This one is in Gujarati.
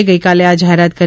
એ ગઇકાલે આ જાહેરાત કરી